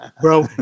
Bro